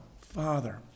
Father